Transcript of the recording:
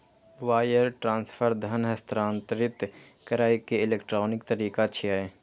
wire transfer धन हस्तांतरित करै के इलेक्ट्रॉनिक तरीका छियै